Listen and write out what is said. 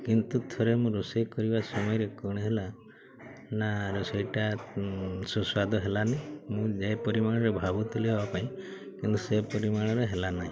କିନ୍ତୁ ଥରେ ମୁଁ ରୋଷେଇ କରିବା ସମୟରେ କ'ଣ ହେଲା ନା ରୋଷେଇଟା ସୁସ୍ୱାଦ ହେଲାନି ମୁଁ ଯେ ପରିମାଣରେ ଭାବୁଥିଲି ହେବା ପାଇଁ କିନ୍ତୁ ସେ ପରିମାଣରେ ହେଲା ନାହିଁ